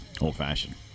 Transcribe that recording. old-fashioned